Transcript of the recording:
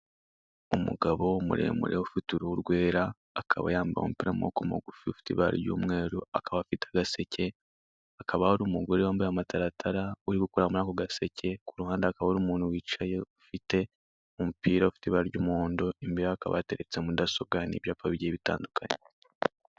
Umugabo muremure, ufite uruhu rwera, akaba yambaye umupira w'amaboko magufi ufite ibara ry'umweru, akaba afite agaseke, hakaba hari umugore wambaye amataratara, uri gukora muri ako gaseke, ku ruhande hakaba hari umuntu wicaye, ufite umupira ufite ibara ry'umuhondo, imbere hakaba hateretse mudasobwa n'ibyapa bigiye bitandukanye.